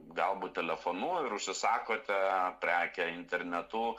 galbūt telefonu ir užsisakote prekę internetu